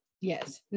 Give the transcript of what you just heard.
Yes